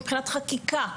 מבחינת חקיקה,